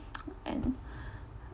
and